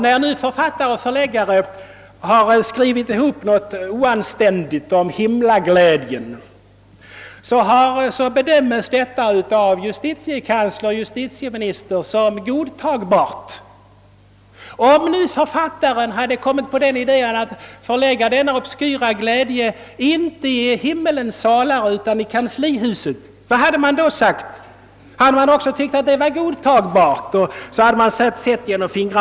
När nu författare och förläggare har slagit sig ihop om att ge ut något oanständigt om himlaglädjen, så bedöms detta av justitiekansler och justitieminister som godtagbart. Om författaren hade kommit på idén att förlägga denna obskyra glädje inte till himlens salar utan till kanslihuset, vad hade man då sagt? Hade man också då tyckt att det varit godtagbart?